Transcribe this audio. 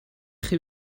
chi